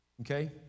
Okay